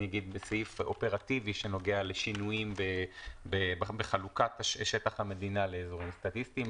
סעיף אופרטיבי שנוגע לשינויים בחלוקת שטח המדינה לאזורים סטטיסטיים.